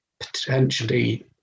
potentially